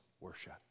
worship